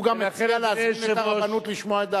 הוא גם ירצה להזמין את הרבנות לשמוע את דעתם.